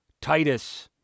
Titus